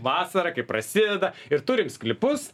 vasara kai prasideda ir turim sklypus